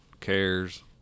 cares